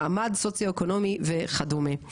מעמד סוציו אקונומי וכדומה.